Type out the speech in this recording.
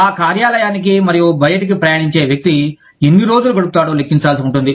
ఆ కార్యాలయానికి మరియు బయటికి ప్రయాణించే వ్యక్తి ఎన్ని రోజులు గడుపుతాడో లెక్కించాల్సి ఉంటుంది